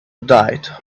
diet